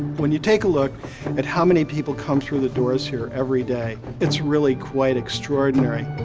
when you take a look at how many people come through the doors here every day, it's really quite extraordinary.